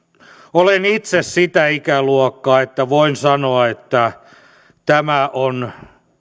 olen itse sitä ikäluokkaa että voin sanoa että tämä on